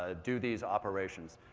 ah do these operations.